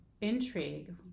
intrigue